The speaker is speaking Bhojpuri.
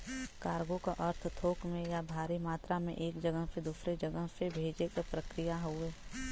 कार्गो क अर्थ थोक में या भारी मात्रा में एक जगह से दूसरे जगह से भेजे क प्रक्रिया हउवे